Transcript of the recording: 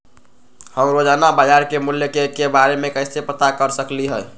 हम रोजाना बाजार के मूल्य के के बारे में कैसे पता कर सकली ह?